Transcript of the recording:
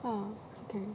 ah okay